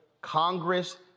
Congress